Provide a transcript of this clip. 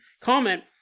comment